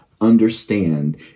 understand